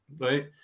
right